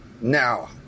now